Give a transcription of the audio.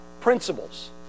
principles